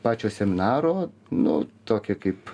pačio seminaro nu tokį kaip